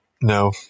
No